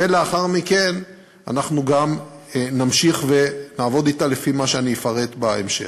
ולאחר מכן אנחנו גם נמשיך ונעבוד אתה לפי מה שאני אפרט בהמשך.